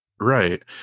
Right